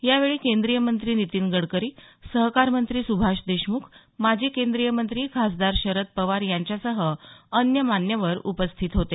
यावेळी केंद्रीय मंत्री नितीन गडकरी सहकारमंत्री सुभाष देशमुख माजी केंद्रीय मंत्री खासदार शरद पवार यांसह अन्य मान्यवर उपस्थित होते